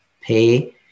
pay